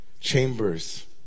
chambers